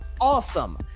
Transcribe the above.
awesome